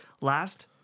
Last